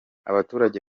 abaturage